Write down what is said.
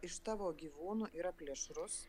iš tavo gyvūnų yra plėšrus